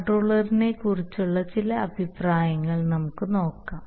കൺട്രോളറിനെക്കുറിച്ചുള്ള ചില അഭിപ്രായങ്ങൾ നമുക്ക് നോക്കാം